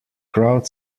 crowd